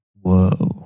whoa